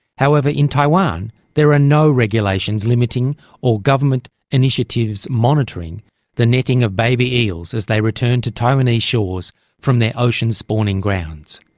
however, in taiwan there are no regulations limiting or government initiatives monitoring the netting of baby eels as they returned to taiwanese shores from their ocean spawning grounds.